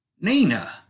Nina